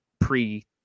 pre